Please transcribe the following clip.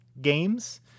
games